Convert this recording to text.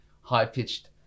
high-pitched